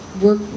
work